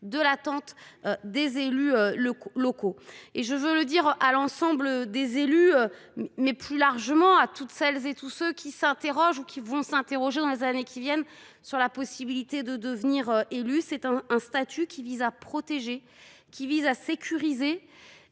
des attentes des élus locaux. Je veux le dire à l’ensemble des élus, et plus largement à toutes celles et à tous ceux qui s’interrogent ou qui vont s’interroger, dans les années qui viennent, sur la possibilité de se présenter aux élections, c’est un statut qui vise à protéger et à sécuriser.